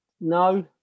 No